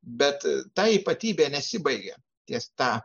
bet ta ypatybė nesibaigia ties ta